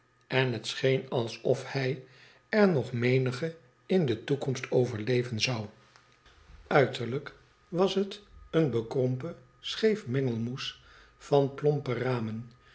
en het scheen alsof hij er nog menige in de toekomst overleven zou uiterlijk was het een bekrompen scheef mengelmoes van plompe rameo